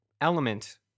element